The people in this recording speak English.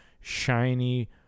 shiny